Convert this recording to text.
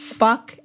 fuck